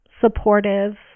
supportive